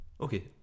Okay